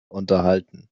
unterhalten